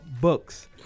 Books